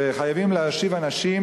וחייבים להושיב אנשים,